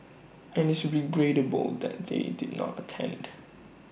and it's regrettable that they did not attend